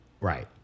Right